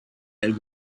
that